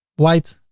white.